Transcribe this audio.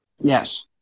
Yes